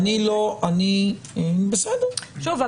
שוב,